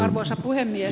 arvoisa puhemies